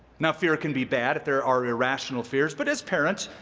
now, fear can be bad if there are irrational fears. but, as parents,